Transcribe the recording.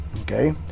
Okay